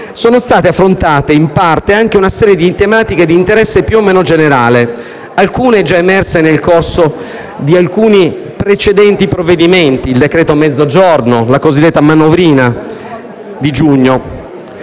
è stata affrontata in parte anche una serie di tematiche di interesse più o meno generale, alcune già emerse nel corso di precedenti provvedimenti (il decreto Mezzogiorno, la cosiddetta manovrina di giugno).